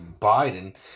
Biden